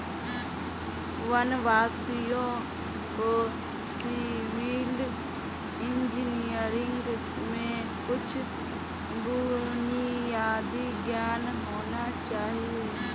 वनवासियों को civil engineering में कुछ बुनियादी ज्ञान होना चाहिए